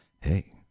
hey